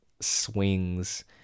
swings